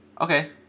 okay